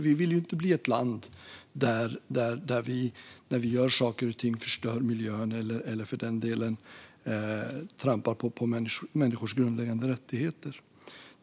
Vi vill ju inte bli ett land som förstör miljön eller för den delen trampar på människors grundläggande rättigheter.